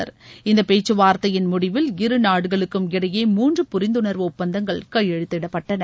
குறித்து இந்தப்பேச்சுவார்த்தையின் முடிவில் இரு நாடுகளுக்கும் இடையே மூன்று புரிந்துணர்வு ஒப்பந்தங்கள் கையெழுத்திடப்பட்டன